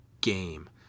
Game